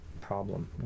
problem